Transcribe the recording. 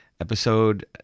Episode